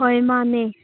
ꯍꯣꯏ ꯃꯥꯅꯦ